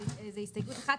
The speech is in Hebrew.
זאת הסתייגות אחת.